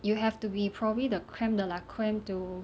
you have to be probably the creme de la creme to